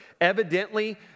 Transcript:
Evidently